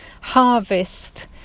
harvest